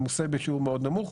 ממוסה בשיעור מאוד נמוך,